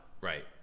Right